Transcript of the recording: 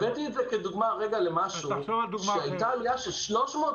הבאתי את זה כדוגמה למשהו שבו הייתה עליה של 300%